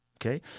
okay